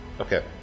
Okay